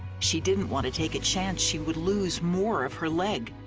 she didn't want to take a chance she would lose more of her leg,